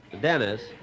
Dennis